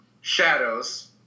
shadows